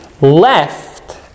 left